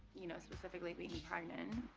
you know, specifically being pregnant.